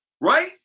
right